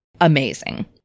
amazing